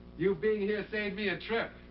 you being here saved me a trip.